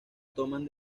toman